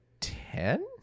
Ten